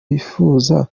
wifuza